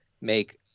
make